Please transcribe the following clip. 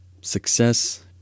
success